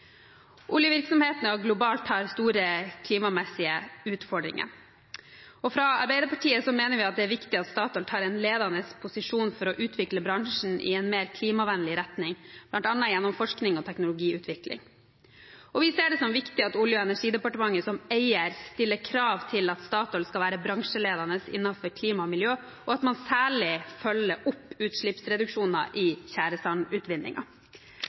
Oljevirksomheten globalt har store klimamessige utfordringer. Fra Arbeiderpartiets side mener vi at det er viktig at Statoil tar en ledende posisjon for å utvikle bransjen i en mer klimavennlig retning, bl.a. gjennom forskning og teknologiutvikling. Vi ser det som viktig at Olje- og energidepartementet som eier stiller krav til at Statoil skal være bransjeledende innenfor klima og miljø, og at man særlig følger opp utslippsreduksjoner i